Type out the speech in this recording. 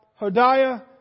Hodiah